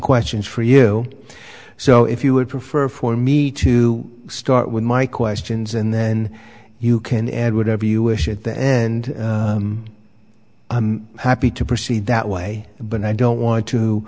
questions for you so if you would prefer for me to start with my questions and then you can add whatever you wish at the end i'm happy to proceed that way but i don't want